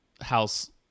house